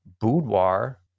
boudoir